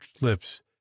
lips